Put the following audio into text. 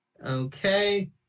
Okay